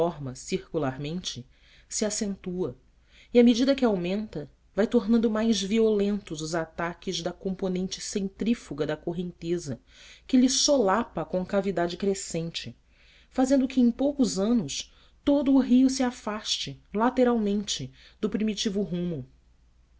forma circularmente se acentua e à medida que aumenta vai tornando mais violentos os ataques da componente centrífuga da correnteza que lhe solapa a concavidade crescente fazendo com que em poucos anos todo o rio se afaste lateralmente do primitivo rumo